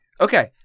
Okay